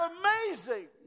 amazing